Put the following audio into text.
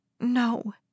No